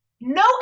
No